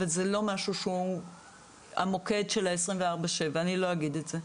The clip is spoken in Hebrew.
אבל זה לא מוקד של 24/7. אני לא אגיד את זה,